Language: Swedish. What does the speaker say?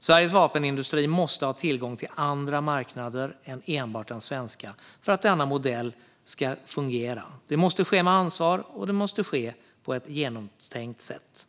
Sveriges vapenindustri måste ha tillgång till andra marknader än enbart den svenska för att denna modell ska fungera. Det måste ske med ansvar, och det måste ske på ett genomtänkt sätt.